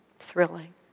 thrilling